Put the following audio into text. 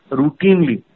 routinely